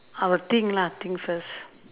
I will think lah think first